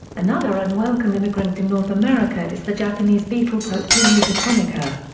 another unwelcome immigrant to north america is the japanese beetle popillia japonica.